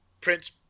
Prince